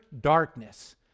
darkness